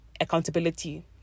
accountability